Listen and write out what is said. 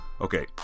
Okay